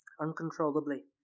uncontrollably